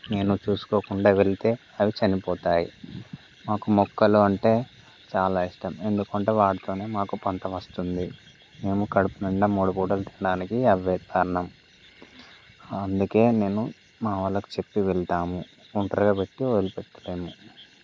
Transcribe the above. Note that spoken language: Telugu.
నేను చూసుకోకుండా వెళ్తే అవి చనిపోతాయి మాకు మొక్కలు అంటే చాలా ఇష్టం ఎందుకంటే వాటితోనే మాకు పంట వస్తుంది మేము కడుపు నిండా మూడు పూటలు తినడానికి అవే కారణం అందుకే నేను మా వాళ్ళకు చెప్పి వెళ్తాము ఒంటరిగా పెట్టి వదిలిపెట్టము